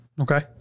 Okay